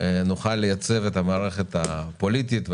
נוכל לייצב את המערכת הפוליטית,